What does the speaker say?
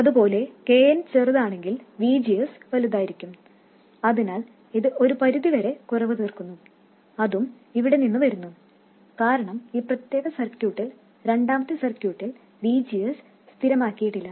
അതുപോലെ kn ചെറുതാണെങ്കിൽ VGS വലുതായിരിക്കും അതിനാൽ ഇത് ഒരു പരിധിവരെ കുറവു തീർക്കുന്നു അതും ഇവിടെ നിന്ന് വരുന്നു കാരണം ഈ പ്രത്യേക സർക്യൂട്ടിൽ രണ്ടാമത്തെ സർക്യൂട്ടിൽ VGS സ്ഥിരമാക്കിയിട്ടില്ല